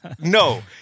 No